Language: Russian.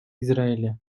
израиля